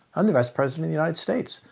i'm the vice president of united states.